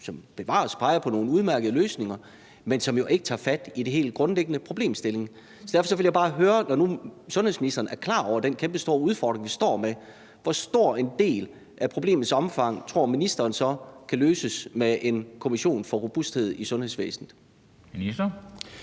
som, bevares, peger på nogle udmærkede løsninger, men som jo ikke tager fat i den helt grundlæggende problemstilling. Når nu sundhedsministeren er klar over den kæmpestore udfordring, vi står med, vil jeg bare høre, hvor stor en del af problemet ministeren tror kan løses med en kommission for robusthed i sundhedsvæsenet?